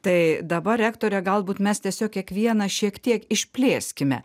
tai dabar rektore galbūt mes tiesiog kiekvieną šiek tiek išplėskime